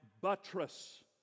buttress